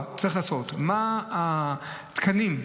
מה התקנים?